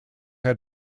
had